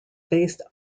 based